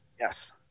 Yes